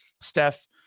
Steph